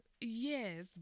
yes